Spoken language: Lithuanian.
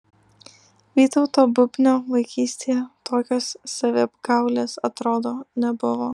vytauto bubnio vaikystėje tokios saviapgaulės atrodo nebuvo